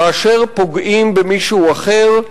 כאשר פוגעים במישהו אחר,